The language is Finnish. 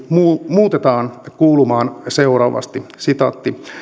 muutetaan kuulumaan seuraavasti